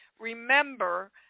remember